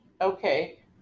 Okay